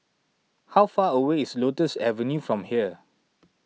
how far away is Lotus Avenue from here